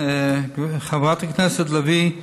חברת הכנסת לביא,